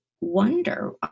wonder